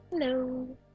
Hello